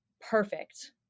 perfect